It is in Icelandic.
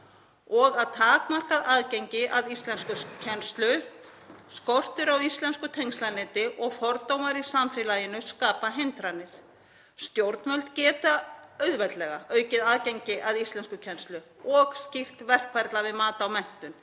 og að takmarkað aðgengi að íslenskukennslu, skortur á íslensku tengslaneti og fordómar í samfélaginu skapa hindranir. Stjórnvöld geta auðveldlega aukið aðgengi að íslenskukennslu og skýrt verkferla við mat á menntun